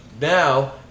Now